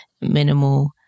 minimal